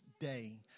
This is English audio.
day